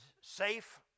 safe